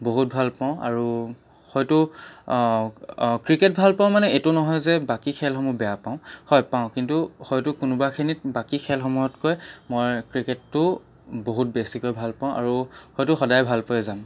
বহুত ভাল পাওঁ আৰু হয়তো ক্ৰিকেট ভাল পাওঁ মানে এইটো নহয় যে বাকী খেলসমূহ বেয়া পাওঁ হয় পাওঁ কিন্তু হয়তো কোনোবাখিনিত বাকী খেলসমূহতকৈ মই ক্ৰিকেটটো বহুত বেছিকৈ ভাল পাওঁ আৰু হয়তো সদায় ভাল পাই যাম